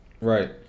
Right